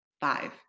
five